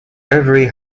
every